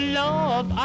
love